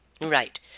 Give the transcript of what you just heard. right